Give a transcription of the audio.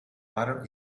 butter